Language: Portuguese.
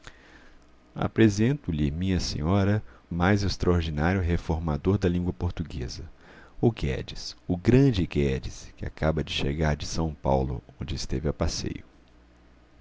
rir apresento-lhe minha senhora o mais extraordinário reformador da língua portuguesa o guedes o grande guedes que acaba de chegar de são paulo onde esteve a passeio